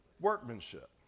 workmanship